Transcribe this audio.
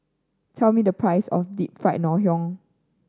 tell me the price of Deep Fried Ngoh Hiang